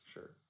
Sure